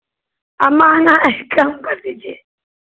महँगा है कम कर दीजिए